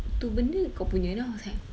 tu benda kau punya then I was like